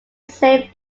safe